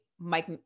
Mike